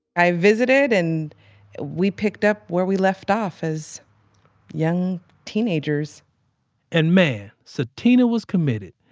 i visited, and we picked up where we left off as young teenagers and man, sutina was committed.